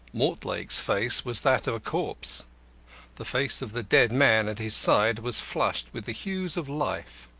mortlake's face was that of a corpse the face of the dead man at his side was flushed with the hues of life.